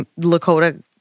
Lakota